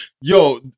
yo